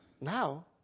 Now